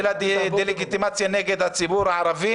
של הדה-לגיטימציה נגד הציבור הערבי,